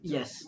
Yes